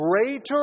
greater